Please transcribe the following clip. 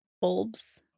bulbs